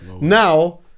Now